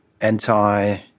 anti-